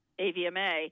AVMA